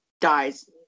dies